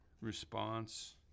response